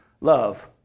love